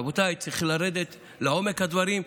רבותיי, צריך לרדת לעומק הדברים.